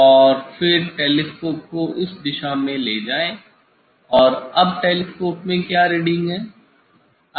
और फिर टेलीस्कोप को इस दिशा में ले जाएं और अब टेलीस्कोप में क्या रीडिंग है